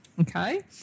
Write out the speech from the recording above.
okay